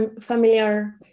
familiar